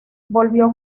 volvió